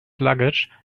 luggage